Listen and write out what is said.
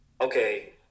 okay